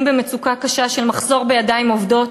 במצוקה קשה של מחסור בידיים עובדות,